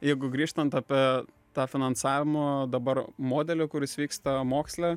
jeigu grįžtant apie tą finansavimo dabar modelį kuris vyksta moksle